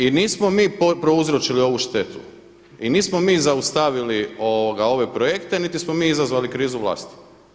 I nismo mi prouzročili ovu štetu i nismo mi zaustavili ove projekte niti smo mi izazvali krizu vlasti.